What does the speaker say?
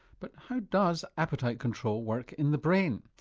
but how does appetite control work in the brain?